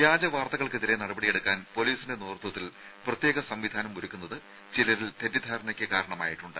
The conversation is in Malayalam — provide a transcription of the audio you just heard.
വ്യാജ വാർത്തകൾക്കെതിരെ നടപടിയെടുക്കാൻ പൊലീസിന്റെ നേതൃത്വത്തിൽ പ്രത്യേക സംവിധാനം ഒരുക്കുന്നത് ചിലരിൽ തെറ്റിദ്ധാരണക്ക് കാരണമായിട്ടുണ്ട്